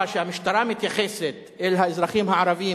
אדוני היושב-ראש,